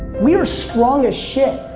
we are strong as shit.